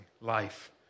life